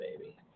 baby